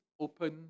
open